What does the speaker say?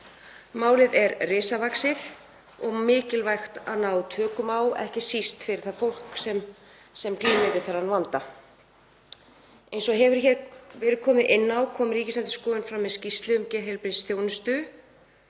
Málið er risavaxið og mikilvægt að ná tökum á því, ekki síst fyrir það fólk sem glímir við þennan vanda. Eins og hefur verið komið inn á kom Ríkisendurskoðun fram með skýrslu um geðheilbrigðisþjónustu.